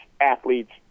athletes